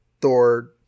Thor